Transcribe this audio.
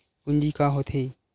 पूंजी का होथे?